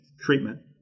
treatment